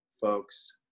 folks